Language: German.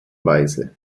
weise